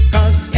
Cause